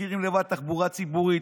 של חברת הכנסת גבי לסקי,